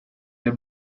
the